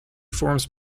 forms